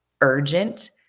urgent